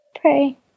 Pray